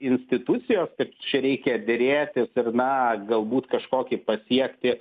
institucijos kad čia reikia derėtis ir na galbūt kažkokį pasiekti